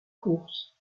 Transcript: course